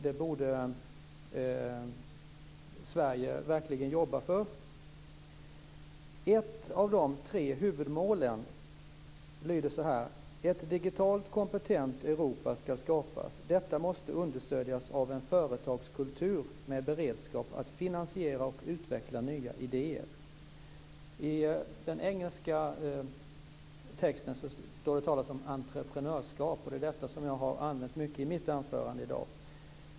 Det borde Sverige verkligen jobba för. Ett av de tre huvudmålen lyder så här: "Ett 'digitalt kompetent' Europa skall skapas. Detta måste understödjas av en företagskultur med beredskap att finansiera och utveckla nya idéer." I den engelska texten talas det om entreprenörskap, och det har jag använt mycket i mitt anförande i dag.